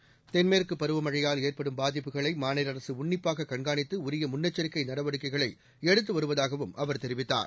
seconds தென்மேற்குப் பருவமழையால் ஏற்படும் பாதிப்புகளை மாநில அரசு உன்னிப்பாக கண்காணித்து உரிய முன்னெச்சரிக்கை நடவடிக்கைகளை எடுத்து வருவதாகவும் அவர் தெரிவித்தார்